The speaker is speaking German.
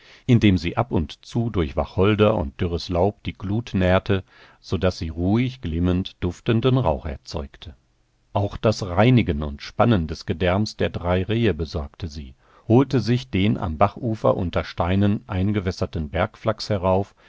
indem sie ab und zu durch wacholder und dürres laub die glut nährte so daß sie ruhig glimmend duftenden rauch erzeugte auch das reinigen und spannen des gedärms der drei rehe besorgte sie holte sich den am bachufer unter steinen eingewässerten bergflachs herauf